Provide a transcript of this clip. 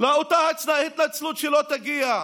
לאותה התנצלות, שלא תגיע.